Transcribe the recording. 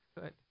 good